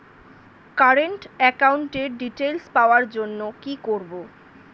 Current একাউন্টের details পাওয়ার জন্য কি করব?